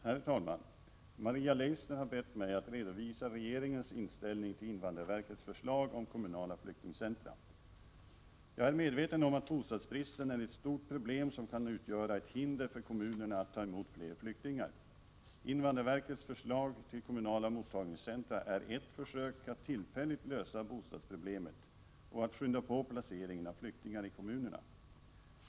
Herr talman! Maria Leissner har bett mig att redovisa regeringens inställning till invandrarverkets förslag om kommunala flyktingcentra. Jag är medveten om att bostadsbristen är ett stort problem som kan utgöra Prot. 1987/88:71 ett hinder för kommunerna att ta emot fler flyktingar. Invandrarverkets 18 februari 1988 förslag till kommunala mottagningscentra är ett försök att tillfälligt lösa bostadsproblemet och att skynda på placeringen av flyktingar i kommunerna.